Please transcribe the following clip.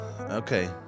Okay